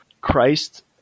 Christ